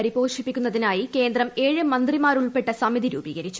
പരിപോഷിപ്പിക്കുന്നതിനായി കേന്ദ്രം ഏഴ് മന്ത്രിമാ രുൾപ്പെട്ട സ്മിതി രൂപീകരിച്ചു